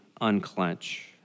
unclench